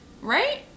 right